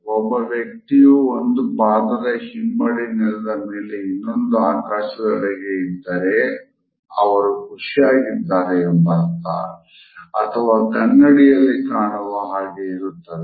ಒಬ್ಬ ವ್ಯಕ್ತಿಯ ಒಂದು ಪಾದದ ಹಿಮ್ಮಡಿ ನೆಲದ ಮೇಲೆ ಇನ್ನೊಂದು ಆಕಾಶದೆಡೆಗೆ ಇದ್ದಾರೆ ಅವರು ಖುಷಿಯಾಗಿದ್ದಾರೆ ಎಂಬರ್ಥ ಅಥವಾ ಕನ್ನಡಿಯಲ್ಲಿ ಕಾಣುವ ಹಾಗೆ ಇರುತ್ತದೆ